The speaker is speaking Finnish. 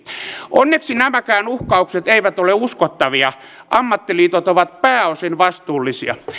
onneksi nämäkään uhkaukset eivät ole uskottavia ammattiliitot ovat pääosin vastuullisia